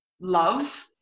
love